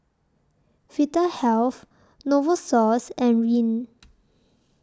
Vitahealth Novosource and Rene